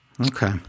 Okay